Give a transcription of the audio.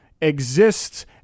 exists